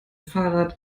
fahrrad